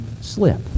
slip